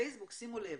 פייסבוק, שימו לב,